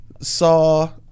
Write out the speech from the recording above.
saw